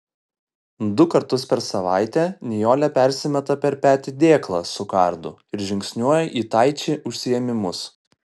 du kartus per savaitę nijolė persimeta per petį dėklą su kardu ir žingsniuoja į taiči užsiėmimus